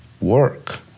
work